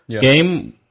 game